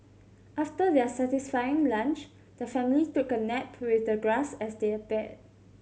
after their satisfying lunch the family took a nap with the grass as their bed